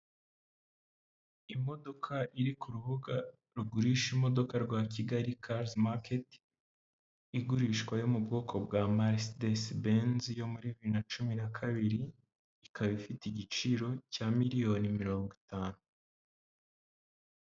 Imodoka iri ku rubuga rugurisha imodoka rwa Kigali Cars Market, igurishwa yo mu bwoko bwa Mercedes Benz yo muri bibiri na cumi na kabiri, ikaba ifite igiciro cya miliyoni mirongo itanu.